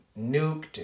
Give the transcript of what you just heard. nuked